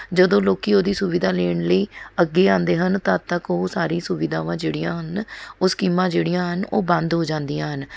ਜਦੋਂ ਲੋਕ ਉਹਦੀ ਸੁਵਿਧਾ ਲੈਣ ਲਈ ਅੱਗੇ ਆਉਂਦੇ ਹਨ ਤਦ ਤੱਕ ਉਹ ਸਾਰੀ ਸੁਵਿਧਾਵਾਂ ਜਿਹੜੀਆਂ ਹਨ ਉਹ ਸਕੀਮਾਂ ਜਿਹੜੀਆਂ ਹਨ ਉਹ ਬੰਦ ਹੋ ਜਾਂਦੀਆਂ ਹਨ